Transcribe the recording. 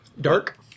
Dark